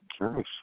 Nice